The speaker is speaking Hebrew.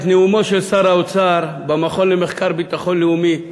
את נאומו של שר האוצר במכון למחקרי ביטחון לאומי,